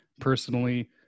personally